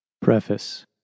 Preface